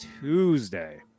Tuesday